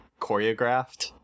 choreographed